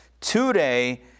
today